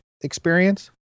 experience